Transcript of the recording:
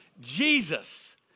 Jesus